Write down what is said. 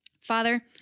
Father